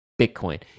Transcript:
Bitcoin